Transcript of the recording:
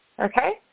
Okay